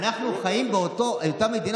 אנחנו חיים באותה מדינה,